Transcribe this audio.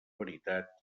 veritat